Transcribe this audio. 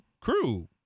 crew